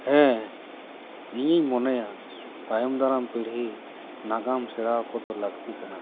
ᱦᱮᱸ ᱤᱧᱤᱧ ᱢᱚᱱᱮᱭᱟ ᱛᱟᱭᱚᱢ ᱫᱟᱨᱟᱢ ᱯᱤᱲᱦᱤ ᱱᱟᱜᱟᱱ ᱥᱮᱬᱟ ᱟᱠᱚ ᱫᱚ ᱞᱟᱹᱠᱛᱤ ᱠᱟᱱᱟ